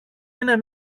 είναι